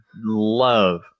love